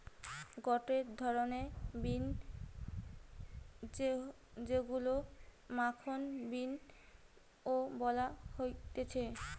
গটে ধরণের বিন যেইগুলো মাখন বিন ও বলা হতিছে